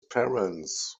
parents